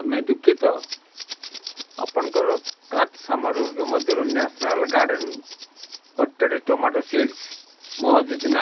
ଆମେ ଦୁଃଖିତ ଆପଣଙ୍କର କାର୍ଟ ସାମଗ୍ରୀ ଗୁଡ଼ିକ ମଧ୍ୟରୁ national garden potted tomato seeds ମହଜୁଦ ନାହିଁ